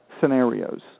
scenarios